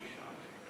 תודה.